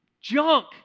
junk